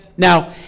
Now